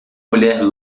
mulher